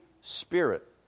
Spirit